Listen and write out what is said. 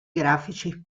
grafici